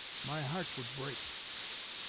my heart would break!